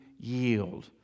yield